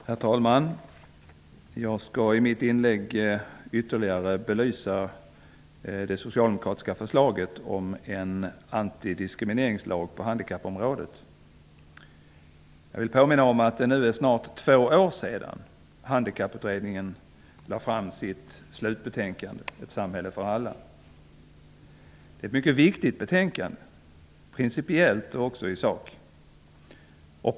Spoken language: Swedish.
Herr talman! Jag skall i mitt inlägg ytterligare belysa det socialdemokratiska förslaget om en antidiskrimineringslag på handikappområdet. Jag vill påminna om att det snart är två år sedan Handikapputredningen lade fram sitt slutbetänkande ''Ett samhälle för alla''. Det är ett mycket viktigt betänkande -- principiellt, och också i sak.